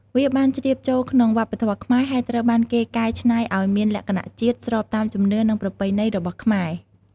វាបានជ្រាបចូលក្នុងវប្បធម៌ខ្មែរ ហើយត្រូវបានគេកែច្នៃឱ្យមានលក្ខណៈជាតិ ស្របតាមជំនឿ និងប្រពៃណីរបស់ខ្មែរ។